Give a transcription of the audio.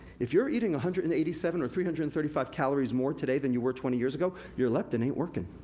if you're eating one hundred and eighty seven or three hundred and thirty five calories more today than you were twenty years ago, your leptin ain't working.